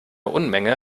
unmenge